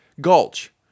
Gulch